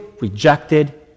rejected